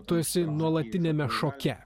tu esi nuolatiniame šoke